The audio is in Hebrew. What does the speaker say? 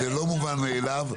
זה לא מובן מאליו.